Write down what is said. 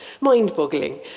mind-boggling